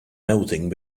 melting